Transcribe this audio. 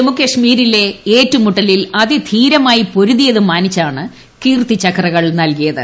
ജമ്മു കശ്മീരിലെ ഏറ്റുമുട്ടലിൽ അതിധീരമായി പൊരുതിയത് മാനിച്ചാണ് കീർത്തിചക്രകൾ നൽകിയത്